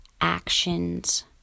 actions